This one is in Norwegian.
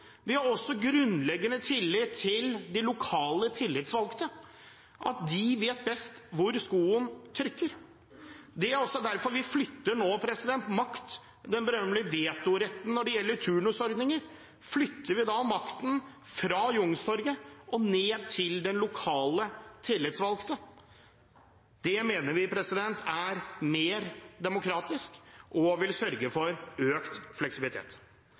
enkeltindividene, men også til de lokale tillitsvalgte – at de vet best hvor skoen trykker. Det er også derfor vi når det gjelder den berømmelige vetoretten ved turnusordninger, flytter makten fra Youngstorget og ned til den lokale tillitsvalgte. Det mener vi er mer demokratisk og vil sørge for økt fleksibilitet.